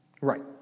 right